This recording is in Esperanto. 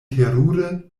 terure